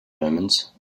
omens